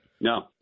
no